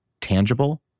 tangible